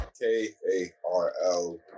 K-A-R-L